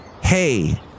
Hey